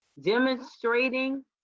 demonstrating